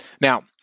Now